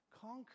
Conquer